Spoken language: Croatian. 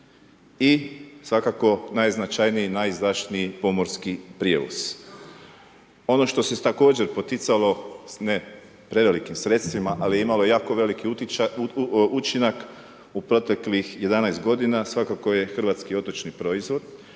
i svakako najznačajniji, najizdašniji pomorski prijevoz. Ono što se također poticalo s ne prevelikim sredstvima, ali je imalo jako veliki učinak u proteklih 11 godina, svakako je hrvatski otočni proizvod